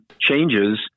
changes